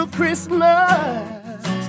Christmas